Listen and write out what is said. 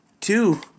two